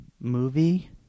movie